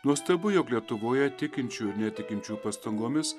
nuostabu jog lietuvoje tikinčių ir netikinčių pastangomis